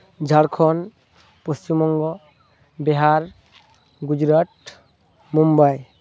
Jharkhand Paschimbanga Bihar Gujarat Mumbai